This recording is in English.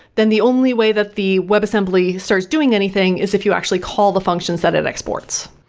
then the only way that the web assembly starts doing anything is if you actually call the functions that it exports.